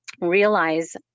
realize